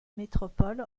métropole